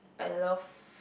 like love